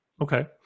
Okay